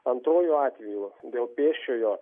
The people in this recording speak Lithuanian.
antruoju atveju dėl pėsčiojo